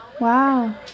wow